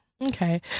Okay